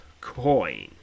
coin